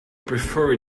prefer